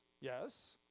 yes